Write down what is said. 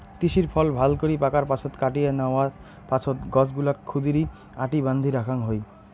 তিসির ফল ভালকরি পাকার পাছত কাটিয়া ন্যাওয়ার পাছত গছগুলাক ক্ষুদিরী আটি বান্ধি রাখাং হই